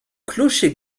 clocher